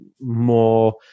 more